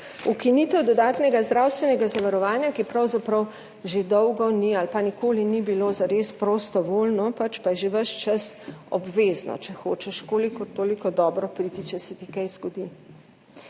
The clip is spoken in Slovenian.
ukinitev dodatnega zdravstvenega zavarovanja, ki pravzaprav že dolgo ni ali pa nikoli ni bilo zares prostovoljno, pač pa je že ves čas obvezno, če hočeš kolikor toliko dobro priti skozi, če se ti kaj zgodi.